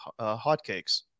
hotcakes